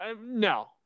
no